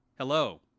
Hello